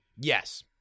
Yes